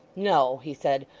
no, he said.